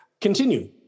Continue